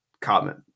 comment